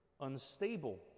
unstable